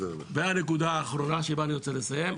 והנקודה האחרונה שבה אני רוצה לסיים.